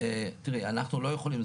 אנחנו לא יכולים,